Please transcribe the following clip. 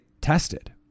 tested